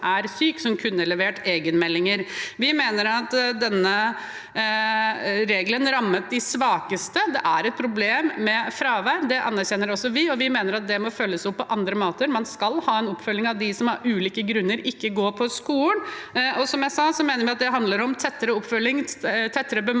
Vi mener denne regelen rammer de svakeste. Det er et problem med fravær, det anerkjenner også vi, men vi mener at det må følges opp på andre måter. Man skal ha en oppfølging av dem som av ulike grunner ikke går på skolen. Som jeg sa, mener vi at det handler om tettere oppfølging, tettere bemanning,